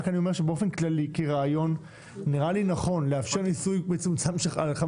רק אני אומר שבאופן כללי כרעיון נראה לי נכון לאפשר ניסוי מצומצם של 500